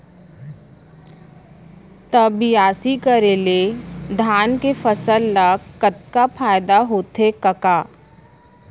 त बियासी करे ले धान के फसल ल कतका फायदा होथे कका?